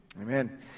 Amen